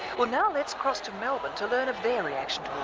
well now let's cross to melbourne to learn of their reaction